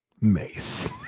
Mace